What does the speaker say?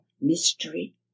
mystery